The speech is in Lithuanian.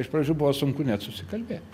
iš pradžių buvo sunku net susikalbėt